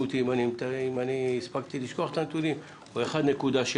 אותי אם אני הספקתי לשכוח את הנתונים הוא 1.7%,